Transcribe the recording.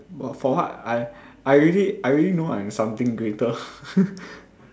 but for what I I already I already know I am something greater